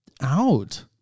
out